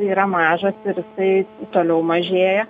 yra mažas ir jisai toliau mažėja